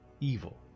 evil